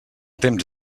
temps